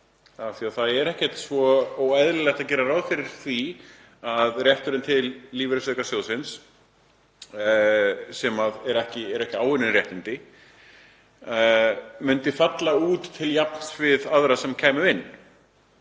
það er ekkert svo óeðlilegt að gera ráð fyrir því að rétturinn til lífeyrisaukasjóðsins, sem eru ekki áunnin réttindi, myndi falla út til jafns við aðra sem kæmu inn.